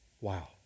Wow